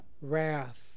wrath